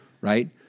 right